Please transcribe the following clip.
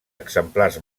exemplars